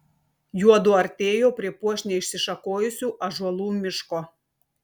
juodu artėjo prie puošniai išsišakojusių ąžuolų miško